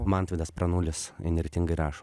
mantvydas pranulis įnirtingai rašo